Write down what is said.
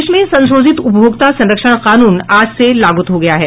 देश में संशोधित उपभोक्ता संरक्षण कानून आज से लागू हो गया है